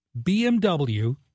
BMW